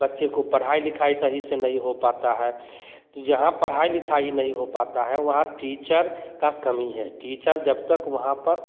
बच्चे को पढ़ाई लिखाई सही से नहीं हो पता है जहाँ पढ़ाई लिखाई नहीं हो पता है वहां टीचर का कमी है टीचर जब तक वहाँ पर